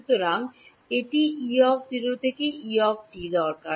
সুতরাং এটির E থেকে E টি দরকার